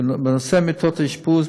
בנושא מיטות האשפוז,